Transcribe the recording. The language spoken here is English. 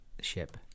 ship